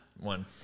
one